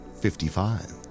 55